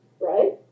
Right